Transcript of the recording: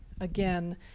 again